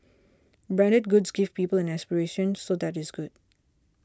branded goods give people an aspiration so that is good